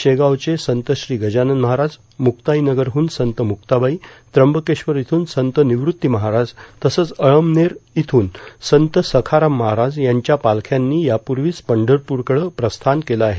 शेगावचे संत श्री गजानन महाराज मुक्ताईनगरहून संत मुक्ताबाई त्र्यंबकेश्वर इथून संत निवृत्ती महाराज तसंच अळमनेर इथूर संत सखाराम महाराज यांच्या पालख्यांनी यापूर्वीच पंढरपूरकडं प्रस्थान केलं आहे